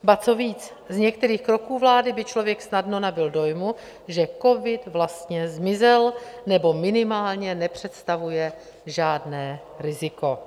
Ba co víc, z některých kroků vlády by člověk snadno nabyl dojmu, že covid vlastně zmizel, nebo minimálně nepředstavuje žádné riziko.